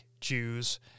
Jews